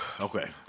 Okay